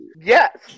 Yes